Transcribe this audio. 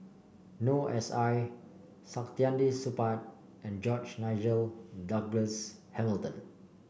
Noor S I Saktiandi Supaat and George Nigel Douglas Hamilton